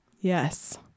Yes